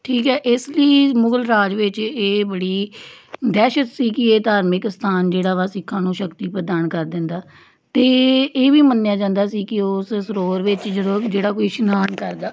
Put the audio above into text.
ਠੀਕ ਹੈ ਇਸ ਲਈ ਮੁਗਲ ਰਾਜ ਵਿੱਚ ਇਹ ਬੜੀ ਦਹਿਸ਼ਤ ਸੀ ਕਿ ਇਹ ਧਾਰਮਿਕ ਸਥਾਨ ਜਿਹੜਾ ਵਾ ਸਿੱਖਾਂ ਨੂੰ ਸ਼ਕਤੀ ਪ੍ਰਦਾਨ ਕਰ ਦਿੰਦਾ ਅਤੇ ਇਹ ਵੀ ਮੰਨਿਆ ਜਾਂਦਾ ਸੀ ਕਿ ਉਸ ਸਰੋਵਰ ਵਿੱਚ ਜਦੋਂ ਜਿਹੜਾ ਕੋਈ ਇਸ਼ਨਾਨ ਕਰਦਾ